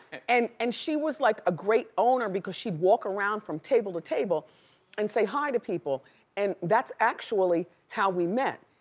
and and she was like a great owner because she'd walk around from table to table and say hi to people and that's actually how we met,